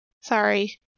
Sorry